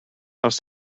els